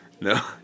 No